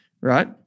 right